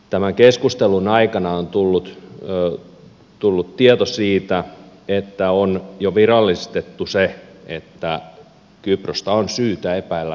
tämän keskustelun aikana on tullut tieto siitä että on jo virallistettu se että kyprosta on syytä epäillä rahanpesusta